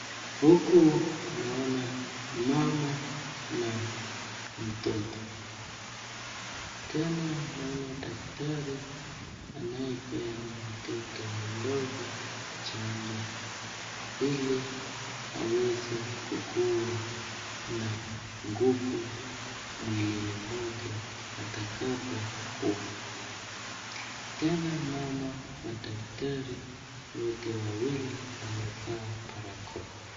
Huku naona mama na mtoto. Tena naona daktari anayepea mtoto mdogo chanjo, ili aweze kukuwa na nguvu mwilini mwake atakapo kua. Tena mama na daktari wote wawili, wamevaa barakoa.